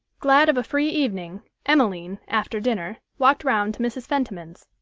glad of a free evening, emmeline, after dinner, walked round to mrs. fentiman's.